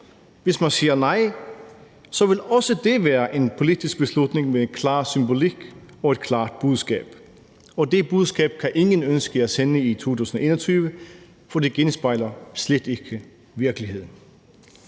Hvis man siger nej, vil også det være en politisk beslutning med en klar symbolik og et klart budskab. Og det budskab kan ingen ønske at sende i 2021, for det genspejler slet ikke virkeligheden.